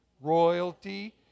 royalty